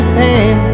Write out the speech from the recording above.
pain